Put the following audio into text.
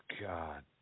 God